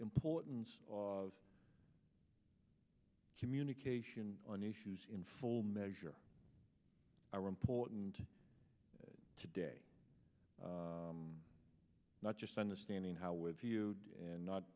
importance of communication on issues in full measure are important today not just understanding how with you and not